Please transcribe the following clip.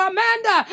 Amanda